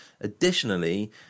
Additionally